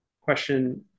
question